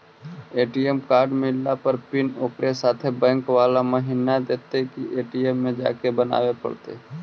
ATM card मिलला पर pin ओकरे साथे बैक बाला महिना देतै कि ए.टी.एम में जाके बना बे पड़तै?